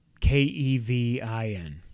k-e-v-i-n